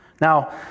Now